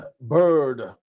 bird